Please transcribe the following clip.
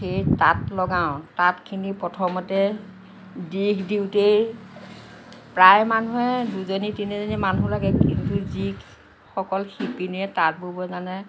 সেই তাঁত লগাওঁ তাঁতখিনি প্ৰথমতে দীঘ দিওঁতেই প্ৰায় মানুহে দুজনী তিনিজনী মানুহ লাগে কিন্তু যিসকল শিপিনীয়ে তাঁত বব জানে